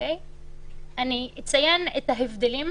אני אציין את ההבדלים,